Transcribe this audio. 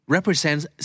Represents